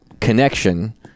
connection